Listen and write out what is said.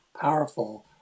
powerful